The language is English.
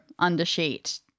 undersheet